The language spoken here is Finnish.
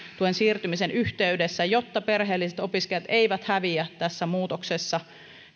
siirtymisen yhteydessä jotta perheelliset opiskelijat eivät häviä tässä muutoksessa